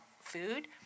food